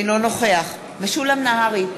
אינו נוכח משולם נהרי,